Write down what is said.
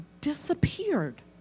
disappeared